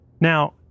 Now